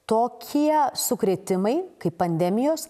tokie sukrėtimai kaip pandemijos